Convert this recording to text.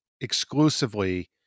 exclusively